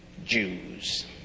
Jews